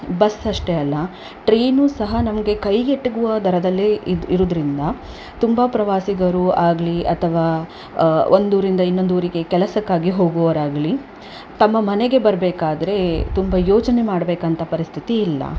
bus ಅಷ್ಟೆ ಅಲ್ಲ train ಸಹ ನಮಗೆ ಕೈಗೆಟುಗುವ ದರದಲ್ಲಿ ಇದ್ ಇರೋದ್ರಿಂದ ತುಂಬಾ ಪ್ರವಾಸಿಗರು ಆಗಲಿ ಅಥವಾ ಒಂದೂರಿಂದ ಇನ್ನೊಂದೂರಿಗೆ ಕೆಲಸಕ್ಕಾಗಿ ಹೋಗುವವರಾಗಲಿ ತಮ್ಮ ಮನೆಗೆ ಬರಬೇಕಾದ್ರೆ ತುಂಬಾ ಯೋಚನೆ ಮಾಡಬೇಕಂತ ಪರಿಸ್ಥಿತಿ ಇಲ್ಲ